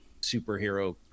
superhero